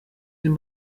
den